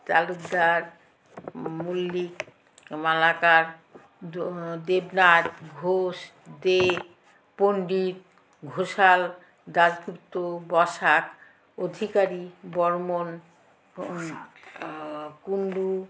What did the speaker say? তালুকদার মল্লিক মালাকার দো দেবনাথ ঘোষ দে পণ্ডিত ঘোষাল দাশগুপ্ত বসাক অধিকারী বর্মন কুন্ডু